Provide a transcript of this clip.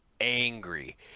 angry